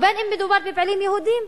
ובין שמדובר בפעילים יהודים,